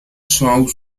son